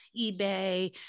ebay